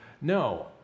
No